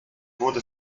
wurde